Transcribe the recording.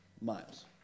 miles